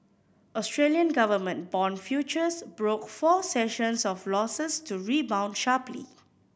Australian government bond futures broke four sessions of losses to rebound sharply